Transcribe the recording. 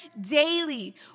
daily